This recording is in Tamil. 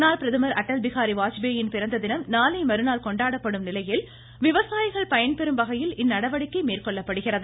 முன்னாள் பிரதமர் அட்டல் பிஹாரி வாஜ்பேயின் பிறந்ததினம் நாளை மறுநாள் கொண்டாடப்படும் நிலையில் விவசாயிகள் பயன்பெறும் வகையில் இந்நடவடிக்கை மேற்கொள்ளப்படுகிறது